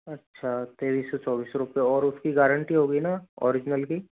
अच्छा तेईस सौ चोबिस सौ रुपये और उसकी गारंटी होगी ना ओरिजिनल की